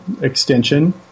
extension